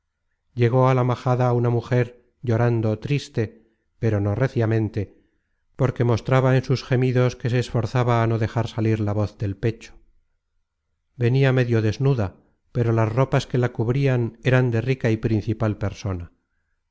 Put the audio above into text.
llegó á la majada una mujer llorando triste pero no reciamente porque mostraba en sus gemidos que se esforzaba á no dejar salir la voz del pecho venia medio desnuda pero las ropas que la cubrian eran de rica y principal persona